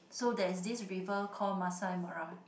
so there is this river call Masai-Mara